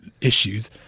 issues